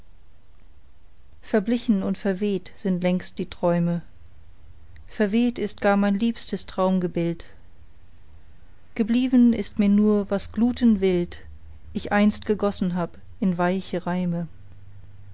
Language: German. verblichen und verweht sind längst die träume verweht ist gar mein liebstes traumgebild geblieben ist mir nur was glutenwild ich einst gegossen hab in weiche reime